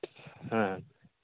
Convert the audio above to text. ᱦᱮᱸ